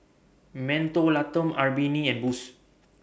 Mentholatum Albertini and Boost